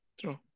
True